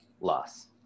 loss